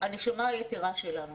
הנשמה היתרה שלנו,